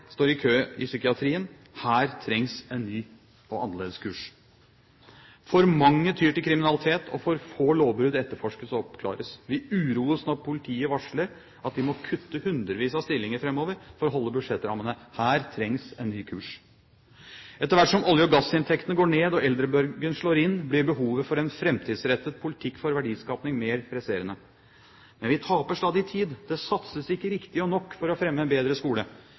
står i kø i psykiatrien. Her trengs en ny og annerledes kurs. For mange tyr til kriminalitet – og for få lovbrudd etterforskes og oppklares. Vi uroes når politiet varsler at de må kutte hundrevis av stillinger framover for å holde budsjettrammene. Her trengs en ny kurs. Etter hvert som olje- og gassinntektene går ned og eldrebølgen slår inn, blir behovet for en framtidsrettet politikk for verdiskaping mer presserende. Men vi taper stadig tid. Det satses ikke riktig og nok for å fremme en bedre skole,